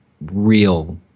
real